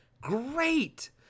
great